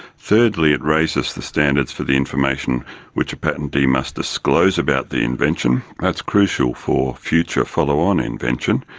thirdly it raises the standards for the information which a patentee must disclose about the invention. that's crucial for future follow-on invention,